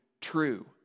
true